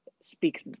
speaks